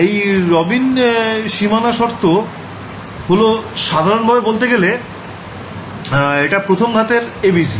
এই রবিন সীমানা শর্ত হল সাধারনভাবে বলতে গেলে এটা প্রথম ঘাতের ABC